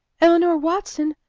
eleanor watson!